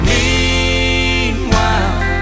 Meanwhile